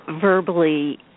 verbally